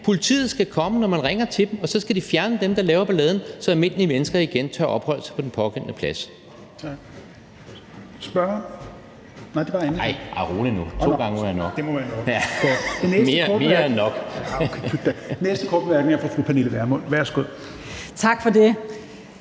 Politiet skal komme, når man ringer til dem, og så skal de fjerne dem, der laver balladen, så almindelige mennesker igen tør opholde sig på den pågældende plads.